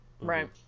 Right